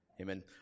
Amen